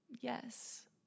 yes